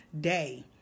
day